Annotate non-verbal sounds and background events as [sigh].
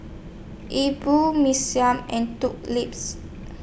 E Bua Mee Siam and [unintelligible] Lips